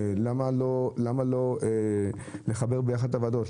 למה לא לחבר ביחד את הוועדות?